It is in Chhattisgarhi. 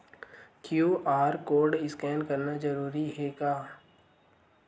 क्यू.आर कोर्ड स्कैन करना जरूरी हे का?